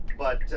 but